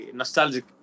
nostalgic